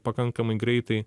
pakankamai greitai